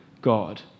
God